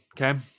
okay